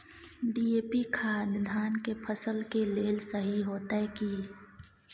DAP खाद धान के फसल के लेल सही होतय की?